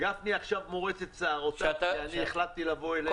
גפני עכשיו מורט את שערותיו כי החלטתי לבוא אליך.